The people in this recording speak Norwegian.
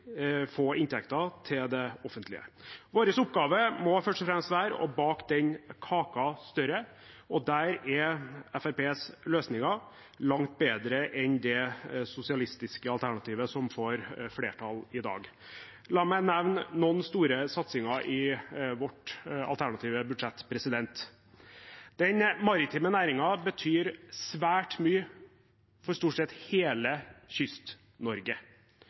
få inntekter til det offentlige. Vår oppgave må først og fremst være å bake den kaka større, og der er Fremskrittspartiets løsninger langt bedre enn det sosialistiske alternativet som får flertall i dag. La meg nevne noen store satsinger i vårt alternative budsjett: Den maritime næringen betyr svært mye for stort sett hele